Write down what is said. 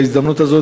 בהזדמנות הזאת,